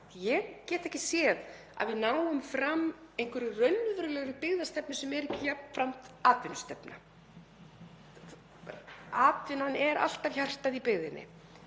Ég get ekki séð að við náum fram einhverri raunverulegri byggðastefnu sem er ekki jafnframt atvinnustefna. Atvinnan er alltaf hjartað í byggðinni.